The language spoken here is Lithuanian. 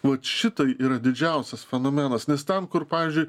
vat šitai yra didžiausias fenomenas nes ten kur pavyzdžiui